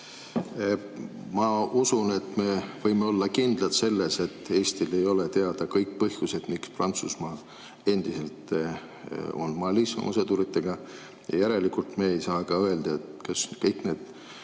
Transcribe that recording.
Ma usun, et me võime olla kindlad selles, et Eestile ei ole teada kõik põhjused, miks Prantsusmaa endiselt on Malis oma sõduritega. Järelikult me ei saa ka öelda, kas kõik need